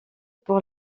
pour